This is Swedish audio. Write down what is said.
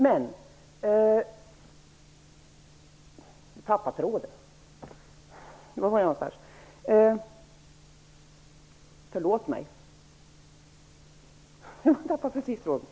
Förlåt mig, herr talman, men jag tappade tråden.